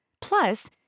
plus